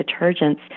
detergents